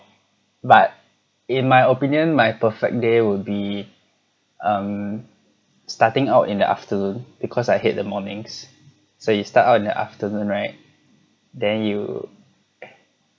but in my opinion my perfect day would be um starting out in the afternoon because I hate the mornings so you start out in the afternoon right then you